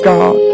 God